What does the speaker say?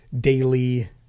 daily